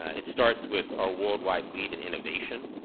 ah it starts with our worldwide lead in innovation.